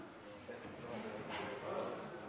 neste sommer, er